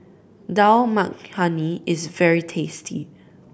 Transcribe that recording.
Dal Makhani is very tasty